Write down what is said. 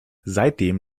seitdem